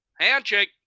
Handshake